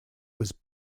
was